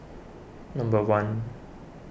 number one